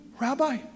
Rabbi